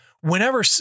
whenever